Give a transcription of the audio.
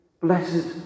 Blessed